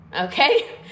Okay